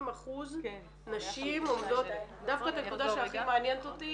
90% נשים עובדות --- דווקא את הנקודה שהכי מעניינת אותי